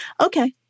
Okay